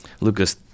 Lucas